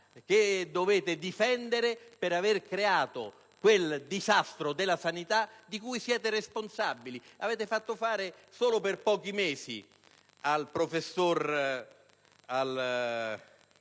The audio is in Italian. che dovete difendere per aver creato quel disastro nella sanità di cui voi siete responsabili. Avete fatto fare solo per pochi mesi al professor